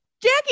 Jackie